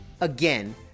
Again